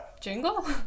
Jingle